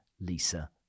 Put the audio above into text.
Lisa